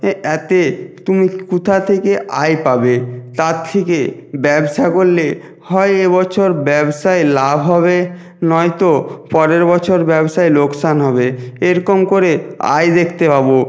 এ এতে তুমি কোথায় থেকে আয় পাবে তার থেকে ব্যবসা করলে হয় এ বছর ব্যবসায় লাভ হবে নয়তো পরের বছর ব্যবসায় লোকসান হবে এরকম করে আয় দেখতে পাব